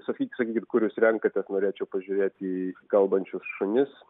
sakykit sakykit kur jūs renkatės norėčiau pažiūrėti į kalbančius šunis